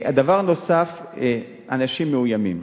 הדבר הנוסף, אנשים מאוימים.